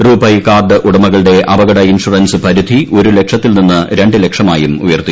RuPay card ഉടമകളുടെ അപകട insurance പരിധി ഒരു ലക്ഷത്തിൽ നിന്ന് രണ്ട് ലക്ഷമായും ഉയർത്തി